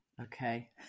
Okay